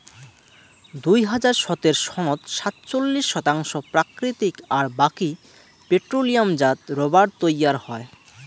দুই হাজার সতের সনত সাতচল্লিশ শতাংশ প্রাকৃতিক আর বাকি পেট্রোলিয়ামজাত রবার তৈয়ার হয়